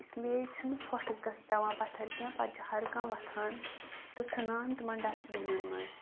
اِسلیے چھُ نہٕ ژھوٚٹھ پیٚوان پَتھَر کینٛہہ ہر کانٛہہ وۄتھان تہٕ ژھٕنان تِمَن ڈَسٹبیٖنَن مَنٛز